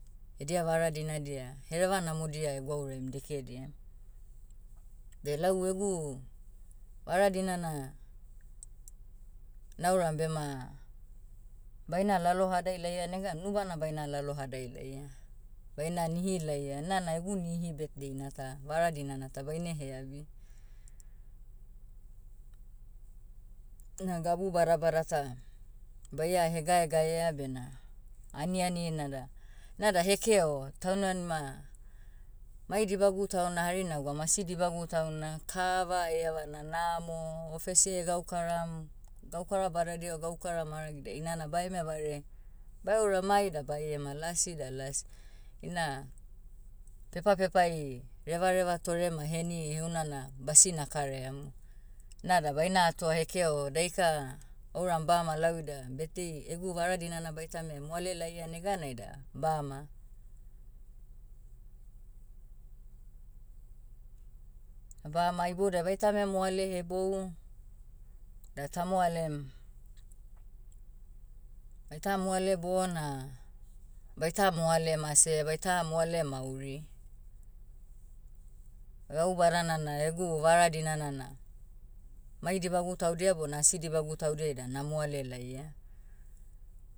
Edia vara dinadia hereva namodia egwauraim dekediai. Beh lau egu, vara dinana, nauram bema, baina lalohadai laia negan nubana baina lalohadai laia. Baina nihi laia nana egu nihi birthday nata. Vara dinana ta baine heabi. Na gabu badabada ta, baia hegaegaea bena, aniani nada, nada hekeo. Taunmanima, mai dibagu tauna hari nagwaum asi dibagu tauna kava eiavana namo, ofesiai egaukaram, gaukara badadia gaukara maragidia inana baieme vareai. Bae ura mai da baiema lasi da las. Ina, pepapepai, revareva tore ma heni heuna na, basi nakaraiamu. Nada baina atoa hekeo daika, ouram bama lau ida birthday egu vara dinana baitame moale laia neganai da, bama. Bama iboudai baitame moale hebou, da tamoalem, aita moale bona, baita moale mase baita moale mauri. Gau badana na egu vara dinana na, mai dibagu taudia bona asi dibagu taudia ida na moalelaia.